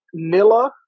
Nilla